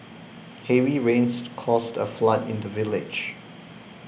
heavy rains caused a flood in the village